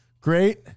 Great